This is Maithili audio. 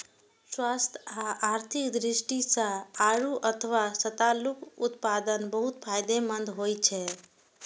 स्वास्थ्य आ आर्थिक दृष्टि सं आड़ू अथवा सतालूक उत्पादन बहुत फायदेमंद होइ छै